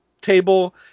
Table